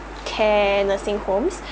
care nursing homes